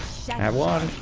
juan